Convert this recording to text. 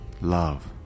Love